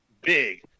big